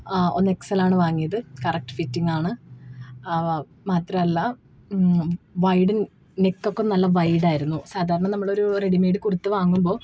ഒന്ന് എക്സലാണ് വാങ്ങിയത് കറക്ട് ഫിറ്റിങ്ങാണ് മാത്രമല്ല വൈടും നെക്കൊക്കെ നല്ല വൈഡായിരുന്നു സാധാരണ നമ്മളൊരു റെഡി മേഡ് കുർത്ത വാങ്ങുമ്പോൾ